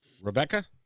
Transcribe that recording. Rebecca